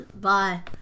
Bye